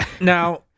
Now